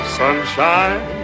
sunshine